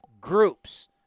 groups